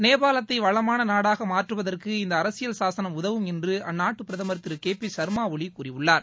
நேபாளத்தை வளமான நாடாக மாற்றுவதற்கு இந்த அரசியல் சாசனம் உதவும் என்று அந்நாட்டு பிரதமர் திரு கே பி சர்மா ஓலி கூறியுள்ளார்